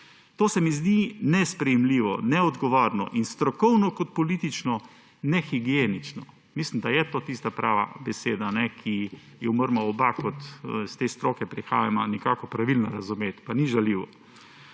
To se mi zdi nesprejemljivo, neodgovorno in strokovno kot politično nehigienično. Mislim, da je to tista prava beseda, kajne, ki jo morava oba, ki iz te stroke prihajava, nekako pravilno razumeti, pa ni žaljivo.